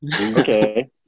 Okay